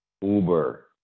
Uber